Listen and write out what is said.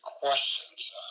questions